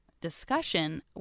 discussion